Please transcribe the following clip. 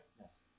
Yes